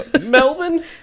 melvin